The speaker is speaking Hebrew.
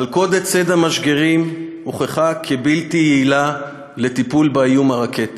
מלכודת ציד המשגרים הוכחה כבלתי יעילה לטיפול באיום הרקטי.